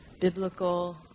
biblical